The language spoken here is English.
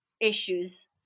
issues